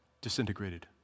disintegrated